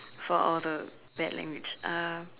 for all the bad language uh